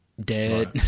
Dead